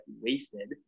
wasted